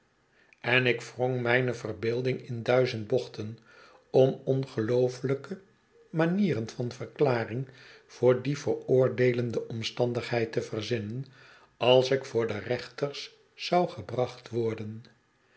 en ik wrong mijne verbeelding in duizend bochten om ongeloofelijke manieren van verklaring voor die veroordeelende omstandigheid te verzinnen als ik voor de reenters zou gebracht worden